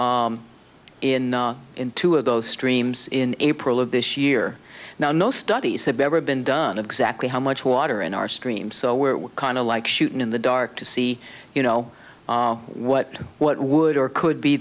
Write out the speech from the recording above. in in two of those streams in april of this year now no studies have ever been done of exactly how much water in our stream so we're kind of like shooting in the dark to see you know what what would or could be